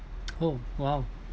oh !wow!